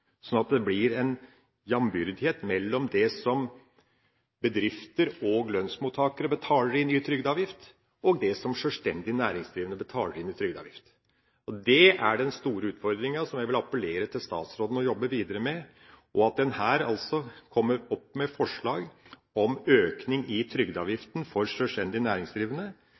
at det blir en jambyrdighet mellom det som bedrifter og lønnsmottakere betaler inn i trygdeavgift, og det som sjølstendig næringsdrivende betaler inn i trygdeavgift. Det er den store utfordringa som jeg vil appellere til statsråden å jobbe videre med, og at en her kommer opp med forslag om økning i trygdeavgiften for sjølstendig næringsdrivende